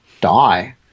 die